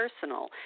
personal